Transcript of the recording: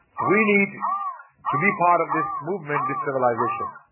we need to be part of this movement. this civilization